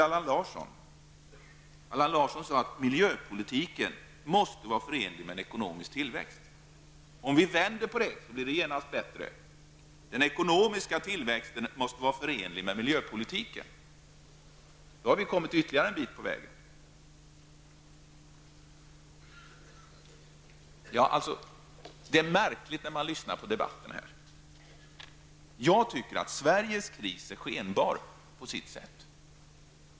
Allan Larsson sade att miljöpolitiken måste vara förenlig med en ekonomisk tillväxt. Om vi vänder på det blir det genast bättre. Den ekonomiska tillväxten måste vara förenlig med miljöpolitiken. Då har vi kommit ytterligare en bit på vägen. Det är en märklig upplevelse att lyssna på den här debatten. Jag tycker att Sveriges kris är skenbar på sitt sätt.